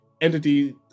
entity